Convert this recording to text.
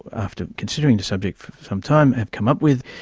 after considering the subject for some time, have come up with,